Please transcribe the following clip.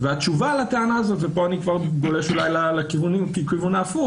והתשובה לטענה הזאת ופה אני כבר גולש אולי לכיוון ההפוך